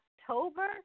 October